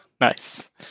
nice